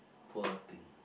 poor thing